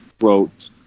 wrote